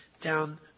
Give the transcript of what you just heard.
down